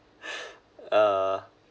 uh